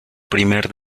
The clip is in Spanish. primer